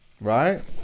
Right